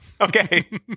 Okay